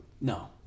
No